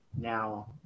Now